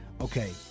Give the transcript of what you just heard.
okay